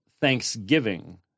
thanksgiving